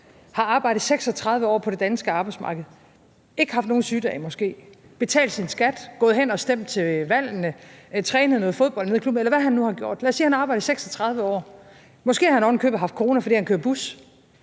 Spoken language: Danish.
har arbejdet i 36 år på det danske arbejdsmarked, måske ikke haft nogen sygedage, betalt sin skat, gået hen og stemt til valgene, har trænet noget fodbold nede i klubben, eller hvad han har gjort – lad os sige, at han har arbejdet i 36 år; måske har han ovenikøbet haft corona, fordi han kører i bus